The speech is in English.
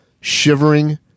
shivering